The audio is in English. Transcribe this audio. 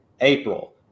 April